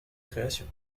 création